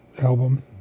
album